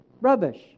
rubbish